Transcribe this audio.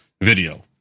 video